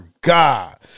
God